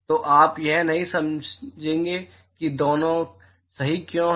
तो आप यह नहीं समझेंगे कि दोनों सही क्यों हैं